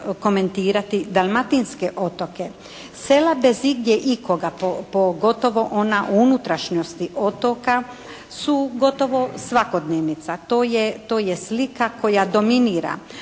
komentirati dalmatinske otoke. Sela bez igdje ikoga, pogotovo ona u unutrašnjosti otoka su gotovo svakodnevnica, to je to je slika koja dominira.